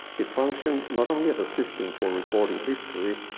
a function not only of the system for recording history,